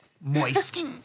moist